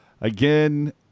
Again